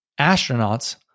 astronauts